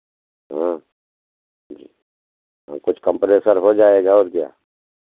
हाँ जी हाँ कुछ कम प्रेशर हो जाएगा और क्या